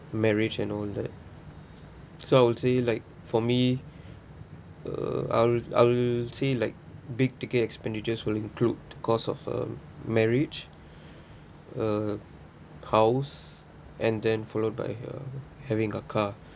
marriage and all that so I'd say like for me uh I'll I'll say like big ticket expenditures will include cost of a marriage a house and then followed by uh having a car